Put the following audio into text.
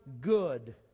good